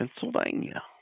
Pennsylvania